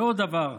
ועוד דבר: